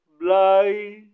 blind